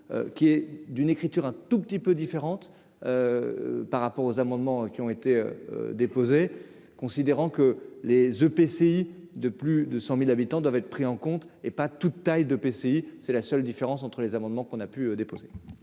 qui est d'une écriture, un tout petit peu différente par rapport aux amendements qui ont été déposées, considérant que les EPCI de plus de 100000 habitants doivent être pris en compte et pas toutes tailles de PCI c'est la seule différence entre les amendements qu'on a pu déposer.